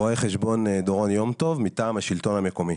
רואה חשבון מטעם השלטון המקומי.